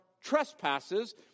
trespasses